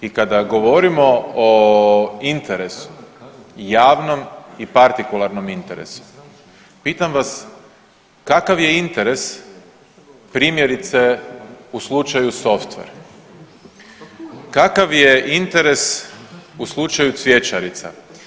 I kada govorimo o interesu javnom i partikularnom interesu, pitam vas kakav je interes primjerice u slučaju Softver, kakav je interes u slučaju cvjećarica?